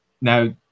now